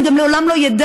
אני גם לעולם לא אדע.